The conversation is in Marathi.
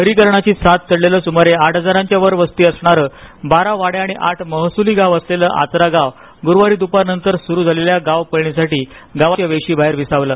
शहरीकरणाचीसाज चढलेलं सुमारे आठ हजारांच्या वर वस्ती असणार बारा वाड्या आणि आठ महसुली गावअसलेलं आचरा गाव ग्रुवारी दुपारनंतर सुरू झालेल्या गावपळणीसाठी गावाच्या वेशीबाहेरविसावलं